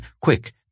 Quick